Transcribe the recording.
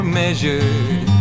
measured